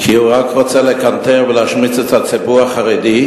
הוא רק רוצה לקנטר ולהשמיץ את הציבור החרדי,